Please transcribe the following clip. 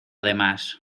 demás